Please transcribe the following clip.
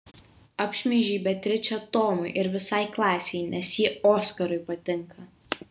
apšmeižei beatričę tomui ir visai klasei nes ji oskarui patinka